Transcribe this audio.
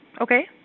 Okay